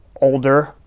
older